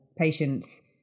patients